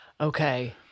Okay